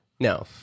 No